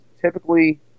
typically